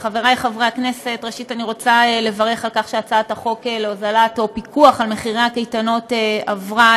אני קובעת כי הצעת חוק הפיקוח על מחירי קייטנות ציבוריות,